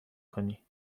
کنی